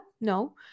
no